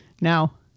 now